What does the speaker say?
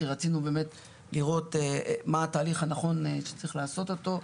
כי רצינו באמת לראות מה התהליך הנכון שצריך לעשות אותו.